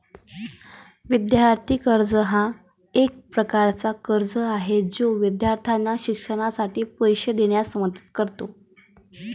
विद्यार्थी कर्ज हा एक प्रकारचा कर्ज आहे जो विद्यार्थ्यांना शिक्षणासाठी पैसे देण्यास मदत करतो